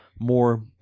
more